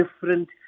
different